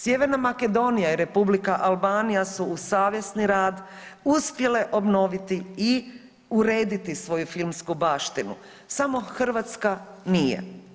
Sjeverna Makedonija i Republika Albanija su uz savjesni rad uspjele obnoviti i urediti svoju filmsku baštinu, samo Hrvatska nije.